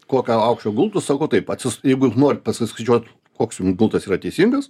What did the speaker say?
kokio aukščio gultus sakau taip atsis jeigu norit pasiskaičiuot koks jum gultas yra teisingas